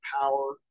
power